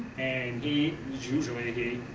and he, its usually he,